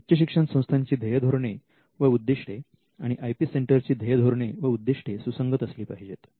उच्च शिक्षण संस्थांची ध्येयधोरणे व उद्दिष्टे आणि आय पी सेंटरची ध्येय धोरणे व उद्दिष्टे सुसंगत असली पाहिजेत